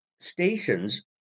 stations